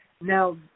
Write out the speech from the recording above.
Now